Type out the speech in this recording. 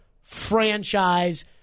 franchise